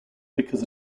because